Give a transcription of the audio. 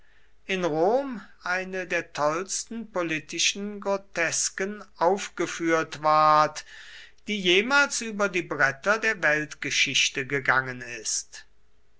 in rom eine der tollsten politischen grotesken aufgeführt ward die jemals über die bretter der weltgeschichte gegangen ist